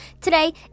Today